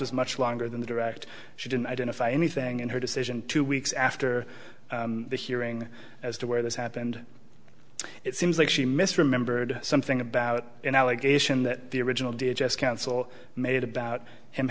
as much longer than the direct she didn't identify anything in her decision two weeks after the hearing as to where this happened it seems like she misremembered something about an allegation that the original did just counsel made about him